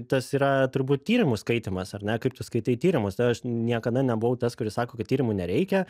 tas yra turbūt tyrimų skaitymas ar ne kaip tu skaitai tyrimus aš niekada nebuvau tas kuris sako kad tyrimų nereikia